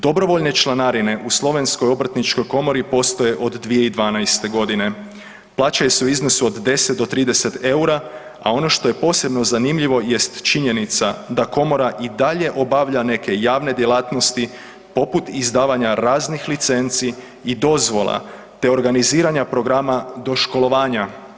Dobrovoljne članarine u Slovenskoj obrtničkoj komori postoje od 2012.g. plaćaju se u iznosu do 10 do 30 eura, a ono što je posebno zanimljivo jest činjenica da komora i dalje obavlja neke javne djelatnosti poput izdavanja raznih licenci i dozvola te organiziranja programa doškolovanja.